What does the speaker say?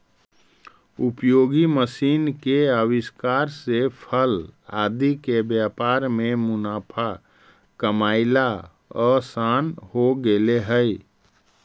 उपयोगी मशीन के आविष्कार से फल आदि के व्यापार में मुनाफा कमाएला असान हो गेले हई